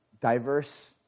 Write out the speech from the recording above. diverse